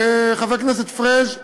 חבר הכנסת פריג':